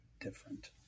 different